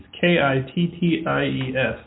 K-I-T-T-I-E-S